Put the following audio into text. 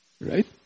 Right